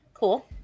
Cool